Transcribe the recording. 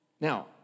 Now